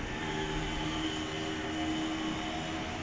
what you call that the transfer they didn't buy anyone